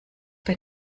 bei